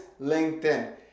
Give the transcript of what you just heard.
LinkedIn